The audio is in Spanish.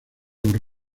los